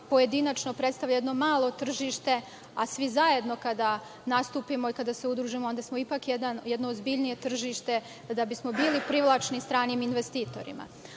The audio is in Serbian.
pojedinačno predstavlja jedno malo tržište, svi zajedno kada nastupimo i kada se udružimo, onda smo ipak jedno ozbiljnije tržište, da bismo bili privlačni stranim investitorima.